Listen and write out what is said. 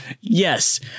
Yes